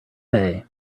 day